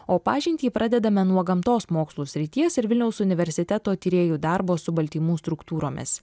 o pažintį pradedame nuo gamtos mokslų srities ir vilniaus universiteto tyrėjų darbo su baltymų struktūromis